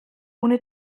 ohne